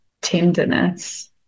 tenderness